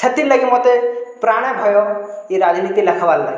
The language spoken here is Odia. ସେଥିର୍ ଲାଗି ମୋତେ ପ୍ରାଣେ ଭୟ ଇ ରାଜନୀତି ଲେଖିବାର୍ ଲାଗି